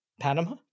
Panama